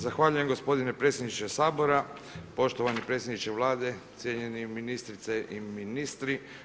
Zahvaljujem gospodine predsjedniče Sabora, poštovani predsjedniče Vlade, cijenjene ministrice i ministri.